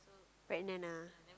pregnant ah